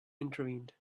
intervened